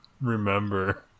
remember